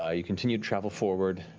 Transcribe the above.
ah you continue to travel forward.